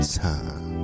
time